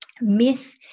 myth